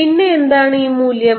പിന്നെ എന്താണ് ഈ മൂല്യം